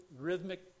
rhythmic